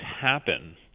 happen